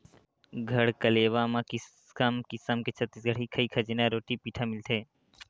गढ़कलेवा म किसम किसम के छत्तीसगढ़ी खई खजेना, रोटी पिठा मिलथे